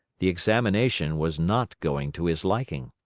the examination was not going to his liking.